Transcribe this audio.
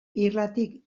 irlatik